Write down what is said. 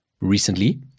recently